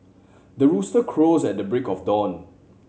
the rooster crows at the break of dawn